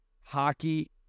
hockey